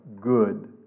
good